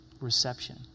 Reception